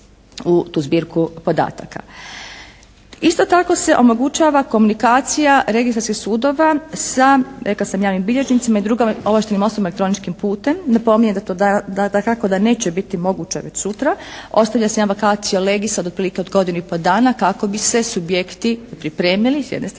u tu zbirku podataka. Isto tako se omogućava komunikacija registarskih sudova sa rekla sam javnim bilježnicima i drugim ovlaštenim osobama elektroničkim putem. Napominjem da to dakako da neće biti moguće već sutra, ostavlja se … /Ne razumije se./ … od otprilike godinu i pol dana kako bi se subjekti pripremili s jedne strane